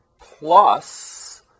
plus